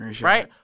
Right